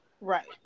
Right